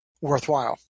worthwhile